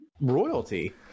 royalty